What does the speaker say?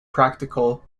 practical